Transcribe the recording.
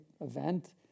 event